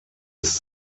ist